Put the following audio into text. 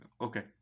Okay